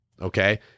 okay